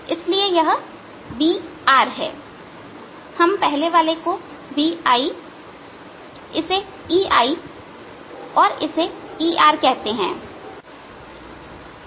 इसलिए यह BR है हम पहले वाले को BIइसे EI और इसे ERकहते हैं